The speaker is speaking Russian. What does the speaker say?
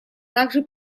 также